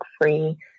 free